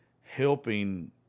helping